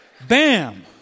Bam